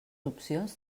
opcions